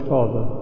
Father